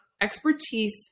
expertise